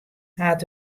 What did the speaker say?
hat